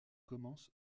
commence